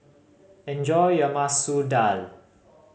enjoy your Masoor Dal